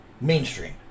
mainstream